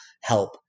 help